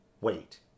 wait